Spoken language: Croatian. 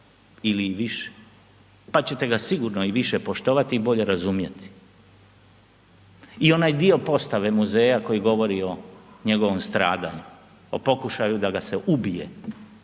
ili i više pa ćete ga sigurno i više poštovati i bolje razumjeti. I onaj dio postave muzeja koji govori o njegovom stradanju, o pokušaju da ga se ubije,